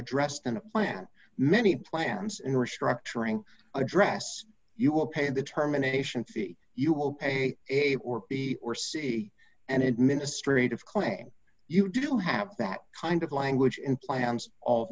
addressed in a plan many plans in restructuring address you will pay the terminations the you will pay it or b or c an administrative claim you do have that kind of language in plans all